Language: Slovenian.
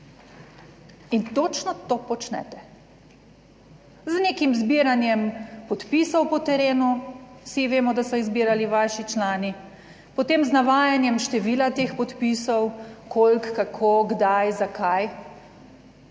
In točno to počnete. Z nekim zbiranjem podpisov po terenu - vsi vemo, da so jih zbirali vaši člani -, potem z navajanjem števila teh podpisov, koliko, kako, kdaj, zakaj.